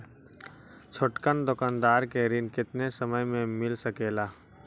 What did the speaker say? छोटकन दुकानदार के ऋण कितने समय मे मिल सकेला?